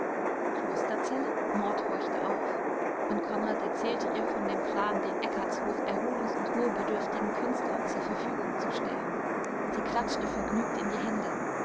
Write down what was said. klosterzelle maud horchte auf und konrad erzählte ihr von dem plan den eckartshof erholungs und ruhebedürftigen künstlern zur verfügung zu stellen sie klatschte vergnügt in die hände